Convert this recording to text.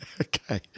Okay